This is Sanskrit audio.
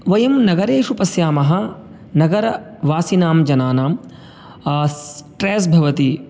वयं नगरेषु पश्यामः नगरवासिनां जनानां स्ट्रेस् भवति